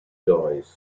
joyce